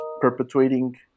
perpetuating